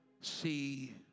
see